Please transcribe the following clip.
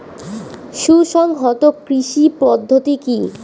সুসংহত কৃষি পদ্ধতি কি?